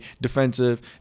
defensive